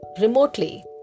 remotely